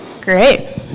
Great